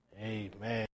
Amen